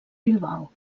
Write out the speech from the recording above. bilbao